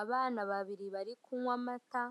Abana babiri bari kunywa amata,